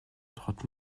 trente